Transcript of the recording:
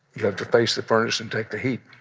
you have to face the furnace and take the heat.